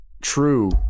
true